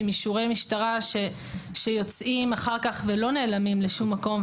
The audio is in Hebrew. עם אישורי משטרה שיוצאים אחר כך ולא נעלמים לשום מקום.